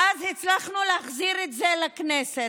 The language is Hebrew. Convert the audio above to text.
ואז הצלחנו להחזיר את זה לכנסת.